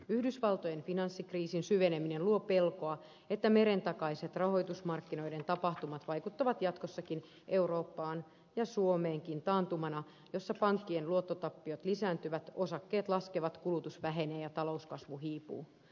yhdysvaltojen finanssikriisin syveneminen luo pelkoa että merentakaiset rahoitusmarkkinoiden tapahtumat vaikuttavat jatkossakin eurooppaan ja suomeenkin taantumana jossa pankkien luottotappiot lisääntyvät osakkeet laskevat kulutus vähenee ja talouskasvu hiipuu